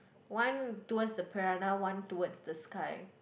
one towards the piranha one towards the sky